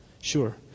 sure